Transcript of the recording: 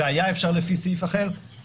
והיה אפשר לפי סעיף אחר,